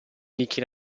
nicchie